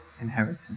inheritance